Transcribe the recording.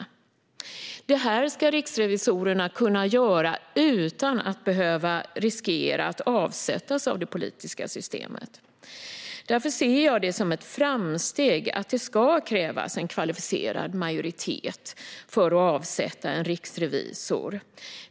Detta ska riksrevisorerna kunna göra utan att behöva riskera att avsättas av det politiska systemet. Därför ser jag det som ett framsteg att det ska krävas en kvalificerad majoritet för att avsätta en riksrevisor.